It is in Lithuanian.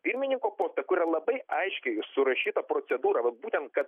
pirmininko postą kur yra labai aiškiai surašyta procedūra vat būtent kad